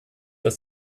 das